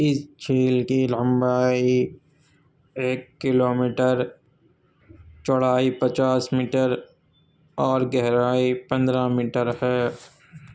اس جھیل کی لمبائی ایک کلو میٹر چوڑائی پچاس میٹر اور گہرائی پندرہ میٹر ہے